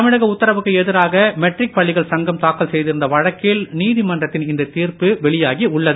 தமிழிக உத்தரவுக்கு எதிராக மெட்ரிக் பள்ளிகள் சங்கம் தாக்கல் செய்திருந்த வழக்கில் நீதிமன்றத்தின் இந்த தீர்ப்பு வெளியாகி உள்ளது